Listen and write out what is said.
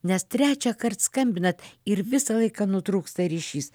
nes trečiąkart skambinat ir visą laiką nutrūksta ryšys